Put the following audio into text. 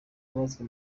abazwa